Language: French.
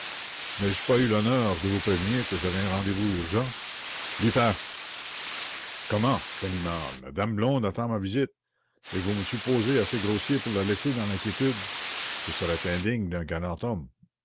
n'ai-je pas eu l'honneur de vous prévenir que j'avais un rendez-vous urgent lupin comment ganimard la dame blonde attend ma visite et vous me supposez assez grossier pour la laisser dans l'inquiétude ce serait indigne d'un galant homme